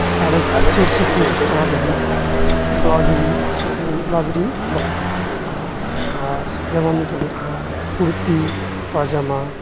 ᱥᱟᱲᱮ ᱪᱟᱹᱨᱥᱚ ᱯᱚᱧᱪᱟᱥ ᱴᱟᱠᱟ ᱫᱷᱟᱹᱵᱤᱡ ᱵᱞᱟᱣᱩᱡᱽ ᱞᱤᱧ ᱵᱞᱟᱣᱩᱡᱽ ᱞᱤᱧ ᱨᱚᱜᱫᱟ ᱟᱨ ᱡᱮᱢᱚᱱ ᱱᱚᱛᱮ ᱢᱮᱱᱟᱜᱼᱟ ᱠᱩᱨᱛᱤ ᱯᱟᱡᱟᱢᱟ